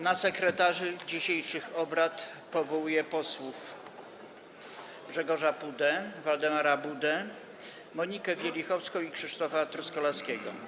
Na sekretarzy dzisiejszych obrad powołuję posłów Grzegorza Pudę, Waldemara Budę, Monikę Wielichowską i Krzysztofa Truskolaskiego.